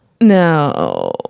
No